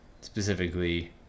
specifically